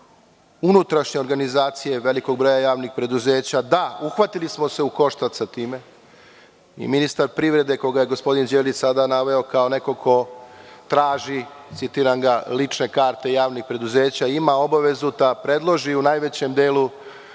unutrašnje organizacije velikog broja javnih preduzeća. Da, uhvatili smo se u koštac sa time i ministar privrede, koga je gospodin Đelić sada naveo kao nekog ko traži „lične karte javnih preduzeća“, ima obavezu da predloži u najvećem delu